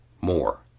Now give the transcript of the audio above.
more